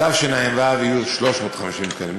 בתשע"ו יהיו 350 תקנים.